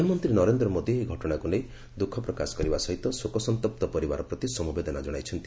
ପ୍ରଧାନମନ୍ତ୍ରୀ ନରେନ୍ଦ୍ର ମୋଦୀ ଏହି ଘଟଣାକୁ ନେଇ ଦୁଃଖ ପ୍ରକାଶ କରିବା ସହିତ ଶୋକସନ୍ତପ୍ତ ପରିବାର ପ୍ରତି ସମବେଦନା ଜଣାଇଛନ୍ତି